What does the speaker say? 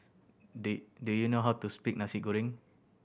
do you know how to speak Nasi Goreng